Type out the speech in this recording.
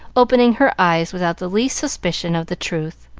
opening her eyes without the least suspicion of the truth.